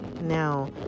now